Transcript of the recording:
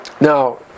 now